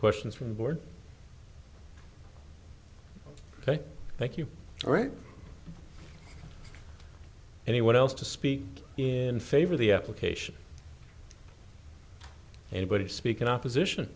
questions from the board ok thank you all right anyone else to speak in favor of the application anybody speak in opposition